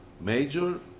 major